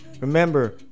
Remember